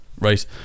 right